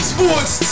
Sports